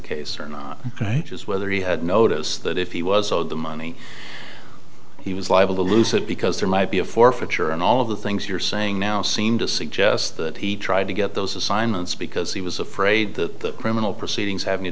case or not right is whether he had notice that if he was owed the money he was liable to lose it because there might be a forfeiture and all of the things you're saying now seem to suggest that he tried to get those assignments because he was afraid that criminal proceedings having to